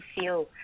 feel